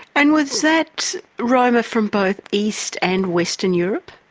and was that roma from both east and western europe?